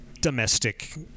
domestic